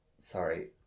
sorry